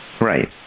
Right